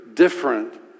different